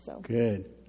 Good